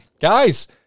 Guys